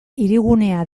hirigunea